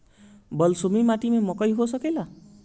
बलसूमी माटी में मकई हो सकेला?